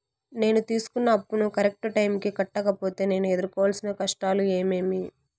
నేను తీసుకున్న అప్పును కరెక్టు టైముకి కట్టకపోతే నేను ఎదురుకోవాల్సిన కష్టాలు ఏమీమి?